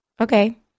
Okay